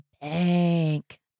bank